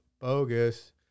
bogus